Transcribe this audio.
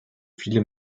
viele